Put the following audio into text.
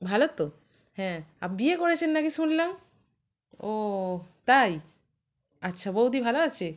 ভালো তো হ্যাঁ বিয়ে করেছেন নাকি শুনলাম ও তাই আচ্ছা বৌদি ভালো আছে